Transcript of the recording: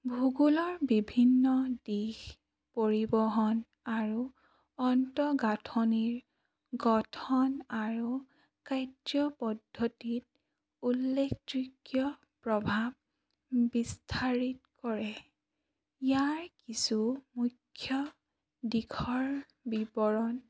ভূগোলৰ বিভিন্ন দিশ পৰিবহণ আৰু অন্তঃগাঁথনিৰ গঠন আৰু কাৰ্য পদ্ধতিত উল্লেখযোগ্য প্ৰভাৱ বিস্তাৰ কৰে ইয়াৰ কিছু মুখ্য দিশৰ বিৱৰণ